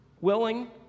willing